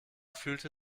fühlte